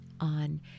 on